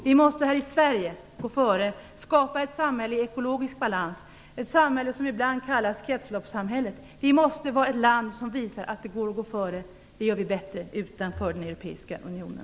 Vi måste gå före i Sverige och skapa ett samhälle i ekologisk balans, ett samhälle som ibland kallas kretsloppssamhället. Sverige måste vara ett land som visar att det går att gå före, och det gör Sverige bättre utanför den europeiska unionen.